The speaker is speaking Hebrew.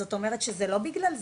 זאת אומרת שזה לא בגלל זה.